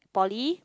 poly